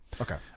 Okay